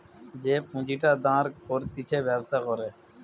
যে পুঁজিটা দাঁড় করতিছে ব্যবসা করে